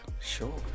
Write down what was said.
Sure